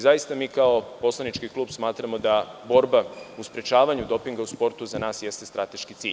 Zaista, mi kao poslanički klub smatramo da borba u sprečavanju dopinga u sportu za nas jeste strateški cilj.